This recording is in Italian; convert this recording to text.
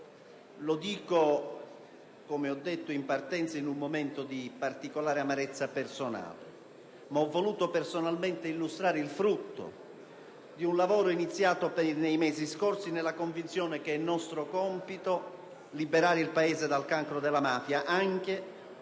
all'inizio del mio intervento - in un momento di particolare amarezza personale: ho voluto tuttavia illustrare il frutto di un lavoro iniziato nei mesi scorsi, nella convinzione che sia nostro compito liberare il Paese dal cancro della mafia anche